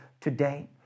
today